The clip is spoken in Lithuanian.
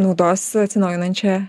naudos atsinaujinančią